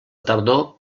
tardor